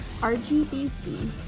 rgbc